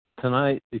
Tonight